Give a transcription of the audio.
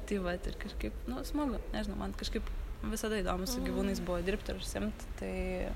tai vat ir kažkaip smagu nežinau man kažkaip visada įdomu su gyvūnais buvo dirbt ir užsiimt tai